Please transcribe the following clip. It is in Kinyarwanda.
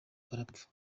barapfa